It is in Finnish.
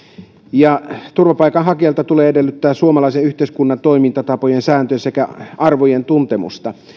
ja turvapaikanhakijalta tulee edellyttää suomalaisen yhteiskunnan toimintatapojen sääntöjen sekä arvojen tuntemusta